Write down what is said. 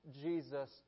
Jesus